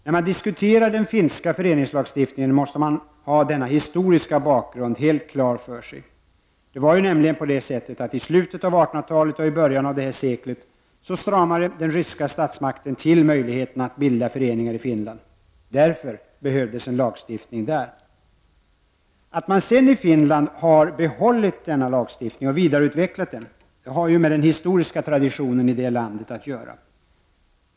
När man diskuterar den finska föreningslagstiftningen, måste man ha denna historiska bakgrund helt klar för sig. I slutet av 1800-talet och i början av det här seklet stramade nämligen den ryska statsmakten till möjligheten att bilda föreningar i Finland. Därför behövdes en lagstiftning där. Att man sedan i Finland har behållit denna lagstiftning och vidareutvecklat den har med den historiska traditionen i det landet att göra.